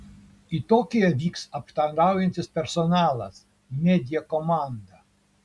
į tokiją vyks aptarnaujantis personalas media komanda